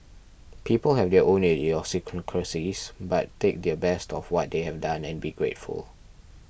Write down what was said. people have their own idiosyncrasies but take their best of what they have done and be grateful